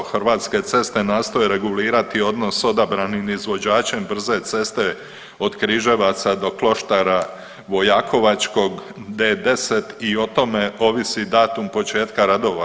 Hrvatske ceste nastoje regulirati odnos odabranim izvođačem brze ceste od Križevaca do Kloštara Vojakovačkog D-10 i o tome ovisi datum početka radova.